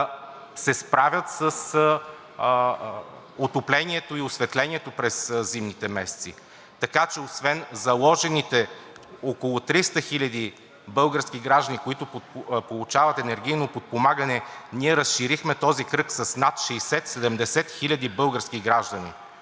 се справят с отоплението и осветлението през зимните месеци. Така че освен заложените около 300 хиляди български граждани, които получават енергийно подпомагане, ние разширихме този кръг с над 60 – 70 хиляди български граждани.